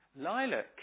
lilac